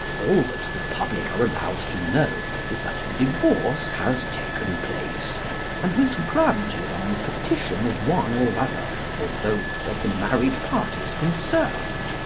all that the public are allowed to know is that the divorce has taken place and was granted on petition of one or other or both of the married parties concerned.